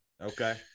Okay